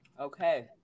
Okay